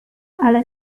ale